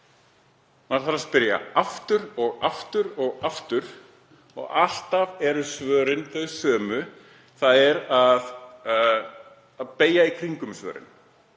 Maður þarf að spyrja aftur og aftur og aftur og alltaf eru svörin þau sömu, þ.e. að fara í kringum svörin.